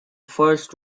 first